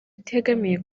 itegamiye